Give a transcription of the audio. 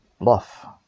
Bluff